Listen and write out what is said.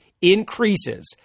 increases